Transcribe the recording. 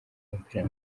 umupira